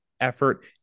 effort